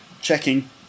checking